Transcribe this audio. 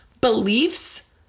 beliefs